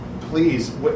please